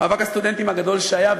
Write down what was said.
מאבק הסטודנטים הגדול שהיה,